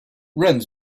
runs